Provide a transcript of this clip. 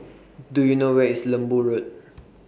Do YOU know Where IS Lembu Road